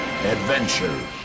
Adventure